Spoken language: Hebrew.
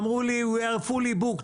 אמרו לי we are fully booked.